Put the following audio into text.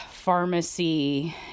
Pharmacy